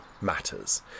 matters